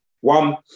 One